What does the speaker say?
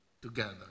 together